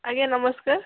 ଆଜ୍ଞା ନମସ୍କାର